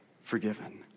forgiven